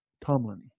Tomlin